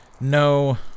No